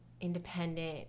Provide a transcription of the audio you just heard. independent